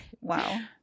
Wow